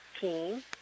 team